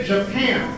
Japan